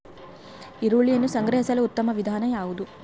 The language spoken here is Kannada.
ಈರುಳ್ಳಿಯನ್ನು ಸಂಗ್ರಹಿಸಲು ಉತ್ತಮ ವಿಧಾನ ಯಾವುದು?